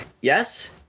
Yes